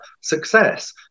success